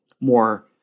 more